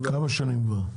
כמה שנים כבר?